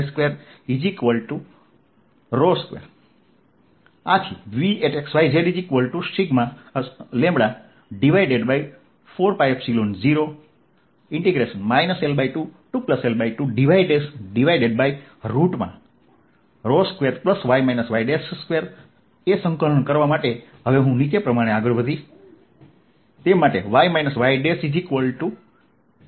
x2z22 આથી Vxyz4π0 L2L2dy2y y2સંકલન કરવા માટે હવે હું નીચે પ્રમાણે આગળ વધીએ